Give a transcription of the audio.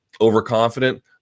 overconfident